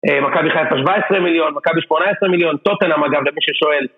מכבי חיפה 17 מיליון, מכבי 18 מיליון, טוטאל גם אגב למי ששואל